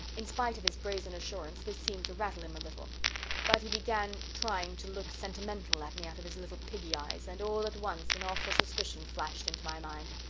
in spite of his brazen assurance this seemed to rattle him a little but he began trying to look sentimental at me out of his little piggy eyes, and all at once an awful suspicion flashed into my mind.